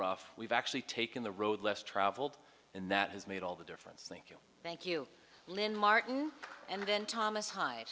rough we've actually taken the road less traveled and that has made all the difference thank you thank you lynn martin and then thomas hi